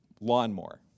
lawnmower